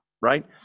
Right